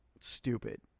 stupid